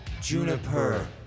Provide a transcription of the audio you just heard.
Juniper